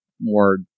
more